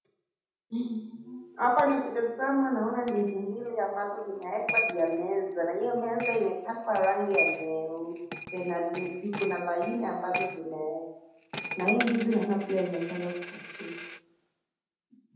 Hapa nikitazama naona ndizi mbili ambazo zimewekwa juu ya meza na iyo meza imepakwa rangi ya nyeupe na kuna laini ambazo zimewekwa na hii ndizi pia naona imefanya kupasuka.